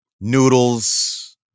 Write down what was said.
Noodles